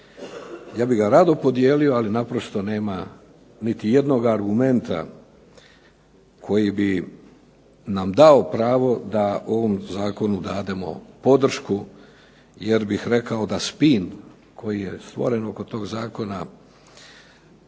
Ja bih ga rado podijelio, ali naprosto nema niti jednog argumenta koji bi nam dao pravo da ovom zakonu dademo podršku, jer bih rekao da spin koji je stvoren oko tog zakona